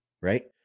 right